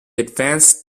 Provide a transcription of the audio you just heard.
advanced